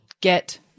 get